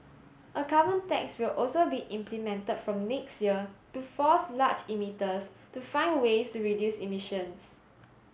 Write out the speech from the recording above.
a carbon tax will also be implemented from next year to force large emitters to find ways to reduce emissions